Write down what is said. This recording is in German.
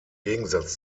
gegensatz